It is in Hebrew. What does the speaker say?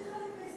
ההסתייגויות.